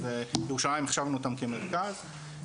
ירושלים החשבנו אותה כמרכז,